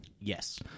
Yes